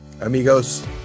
Amigos